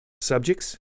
subjects